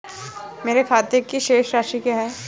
मेरे खाते की शेष राशि क्या है?